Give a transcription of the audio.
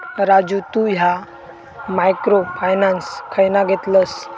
राजू तु ह्या micro finance खयना घेतलस?